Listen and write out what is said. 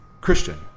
Christian